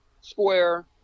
square